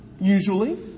usually